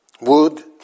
wood